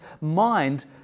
mind